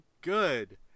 good